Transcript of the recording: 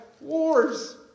wars